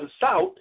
south